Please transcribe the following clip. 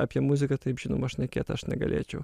apie muziką taip žinoma šnekėt aš negalėčiau